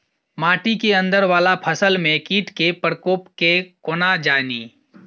माटि केँ अंदर वला फसल मे कीट केँ प्रकोप केँ कोना जानि?